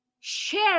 share